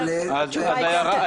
אבל אז ההערה במקומה.